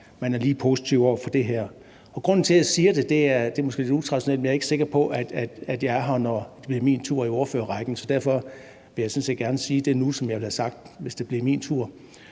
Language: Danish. er lige positive over for det her. Grunden til, jeg siger det – og det er måske lidt utraditionelt – er, at jeg ikke er sikker på, at jeg er her, når det bliver min tur i ordførerrækken. Derfor vil jeg sådan set gerne sige det nu, som jeg ville have sagt, hvis jeg kunne nå